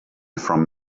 from